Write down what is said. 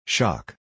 Shock